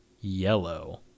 yellow